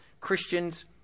Christians